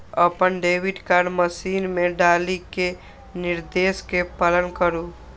अपन debit card machine मे डालि कें निर्देश के पालन करु